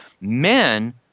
Men